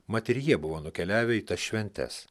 mat ir jie buvo nukeliavę į tas šventes